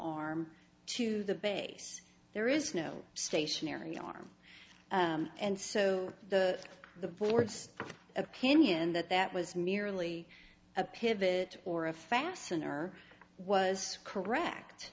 arm to the base there is no stationary arm and so the the board's opinion that that was merely a pivot or a fastener was correct